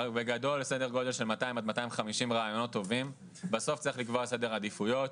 יש סדר גודל של 250-200 רעיונות טובים ובסוף צריך לקבוע סדר עדיפויות,